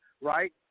right